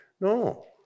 No